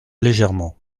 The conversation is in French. légèrement